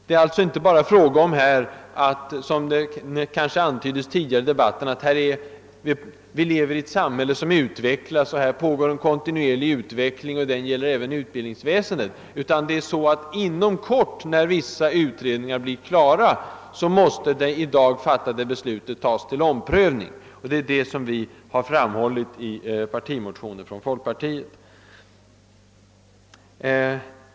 Det är alltså inte bara fråga om — som det antyddes tidigare i debatten — att vi lever i ett samhälle, där det pågår en kontinuerlig utveckling som även gäller utbildningsväsendet. Inom kort, när vissa utredningar blir klara, måste det i dag fattade beslutet tas upp till. omprövning. Det är detta vi har framhållit i partimotionen från folkpartiet.